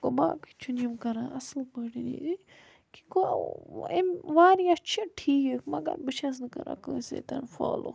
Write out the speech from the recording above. گوٚو باقٕے چھِنہٕ یِم کَران اصٕل پٲٹھۍ یہِ کیٚنٛہہ گوٚو أمۍ واریاہ چھِ ٹھیٖک مَگر بہٕ چھیٚس نہٕ کَران کٲنٛسے تہِ نہٕ فالو